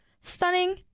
stunning